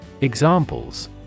Examples